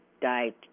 died